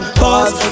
pause